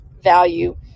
value